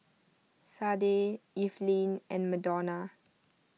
Sade Evelyn and Madonna